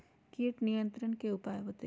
किट नियंत्रण के उपाय बतइयो?